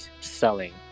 selling